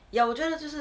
ya 我觉得就是